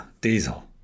diesel